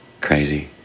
Crazy